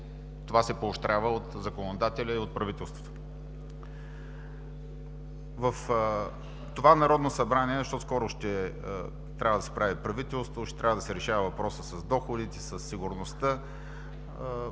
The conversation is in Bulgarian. това се поощрява от законодателя и от правителството. В това Народно събрание, защото скоро ще трябва да се прави правителство, ще трябва да се решава въпросът с доходите, със сигурността,